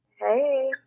Hey